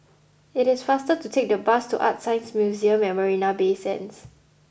it is faster to take the bus to ArtScience Museum at Marina Bay Sands